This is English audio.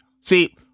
See